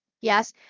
yes